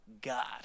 God